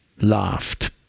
laughed